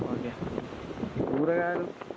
okay కూరగాయలు